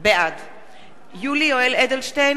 בעד יולי יואל אדלשטיין,